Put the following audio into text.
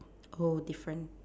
oh different